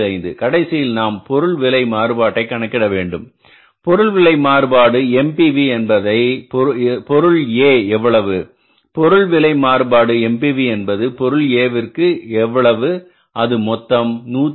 75 கடைசியில் நாம் பொருள் விலை மாறுபாட்டை கணக்கிட வேண்டும் பொருள் விலை மாறுபாடு MPV என்பதை பொருள் A எவ்வளவு பொருள் விலை மாறுபாடு MPV என்பது A விற்கு எவ்வளவு அது மொத்தம் 198